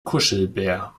kuschelbär